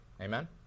amen